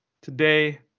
today